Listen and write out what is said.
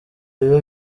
biba